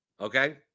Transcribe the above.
okay